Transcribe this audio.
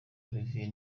olivier